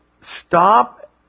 stop